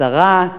השרה,